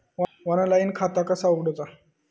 Online खाता कसा उगडूचा?